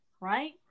right